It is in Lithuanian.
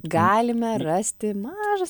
galime rasti mažas